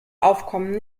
aufkommen